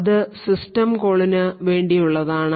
അത് സിസ്റ്റം കോളിനു വേണ്ടിയുള്ളതാണ്